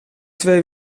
twee